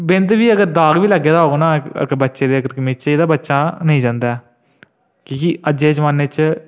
बिंद बी अगर दाग बी लग्गै दा होग कमीजै गी ओह नेईं जंदा कि अज्जै दे जमाने च